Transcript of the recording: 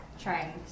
Trying